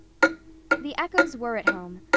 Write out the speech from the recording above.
the echoes were at home,